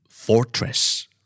Fortress